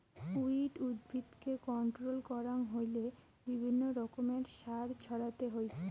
weed উদ্ভিদকে control করাং হইলে বিভিন্ন রকমের সার ছড়াতে হই